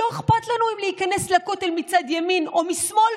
לא אכפת לנו אם להיכנס לכותל מצד ימין או משמאל,